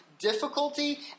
difficulty